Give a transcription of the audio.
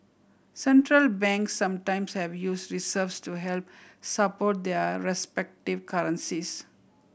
Central Banks sometimes have use reserves to help support their respective currencies